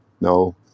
no